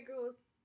girls